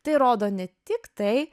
tai rodo ne tik tai